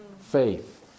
faith